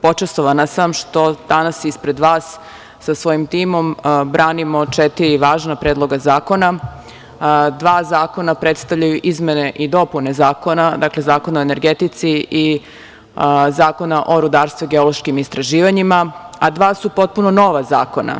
Počastvovana sam što danas ispred vas sa svojim timom branimo četiri važna predloga zakona, dva zakona predstavljaju izmene i dopune zakona, dakle Zakona o energetici i Zakona o rudarstvu i geološkim istraživanjima, a dva su potpuno nova zakona.